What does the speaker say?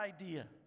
idea